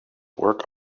work